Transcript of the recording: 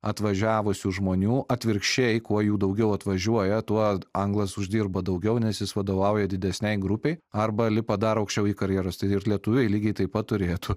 atvažiavusių žmonių atvirkščiai kuo jų daugiau atvažiuoja tuo anglas uždirba daugiau nes jis vadovauja didesnei grupei arba lipa dar aukščiau į karjeros tai lietuviai lygiai taip pat turėtų